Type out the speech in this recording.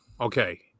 Okay